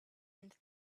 into